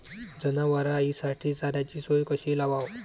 जनावराइसाठी चाऱ्याची सोय कशी लावाव?